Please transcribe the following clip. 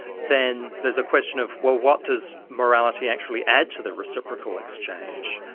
then there's a question of well, what does morality actually add to the reciprocal exchange'?